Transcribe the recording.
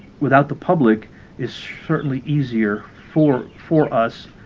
without the public is certainly easier for for us,